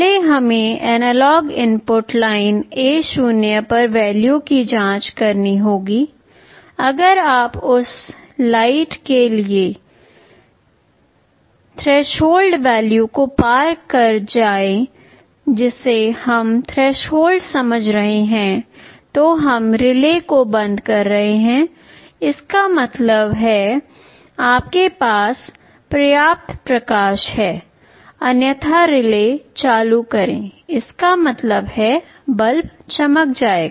पहले हमें analogue input line A0 पर वैल्यू की जाँच करनी होगी अगर यह उस लाइट के लिए थ्रेशोल्ड लेवल को पार कर जाए जिसे हम थ्रेशोल्ड समझ रहे हैं तो हम रिले को बंद कर रहे हैं इसका मतलब है आपके पास पर्याप्त प्रकाश है अन्यथा रिले चालू करें इसका मतलब है बल्ब चमक जाएगा